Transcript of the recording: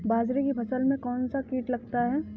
बाजरे की फसल में कौन सा कीट लगता है?